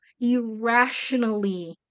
irrationally